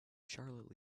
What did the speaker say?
charlotte